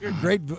Great